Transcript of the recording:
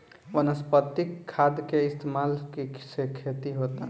वनस्पतिक खाद के इस्तमाल के से खेती होता